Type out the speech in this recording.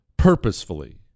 purposefully